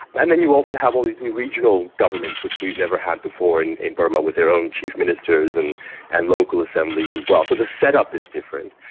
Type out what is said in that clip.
and then you also have all these new regional governments which we've never had before in in burma, with their own chief ministers and and local assemblies as well. so the setup is different.